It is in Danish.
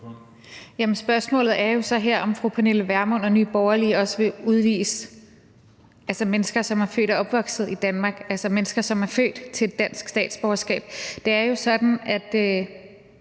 Spørgsmålet er jo så her, om fru Pernille Vermund og Nye Borgerlige også vil udvise mennesker, som er født og opvokset i Danmark, altså mennesker, som er født til et dansk statsborgerskab. Det er jo sådan, at